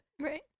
right